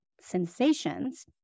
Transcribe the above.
sensations